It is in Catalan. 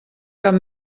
cap